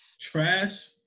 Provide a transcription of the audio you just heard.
trash